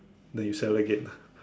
then you sell again